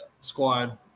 squad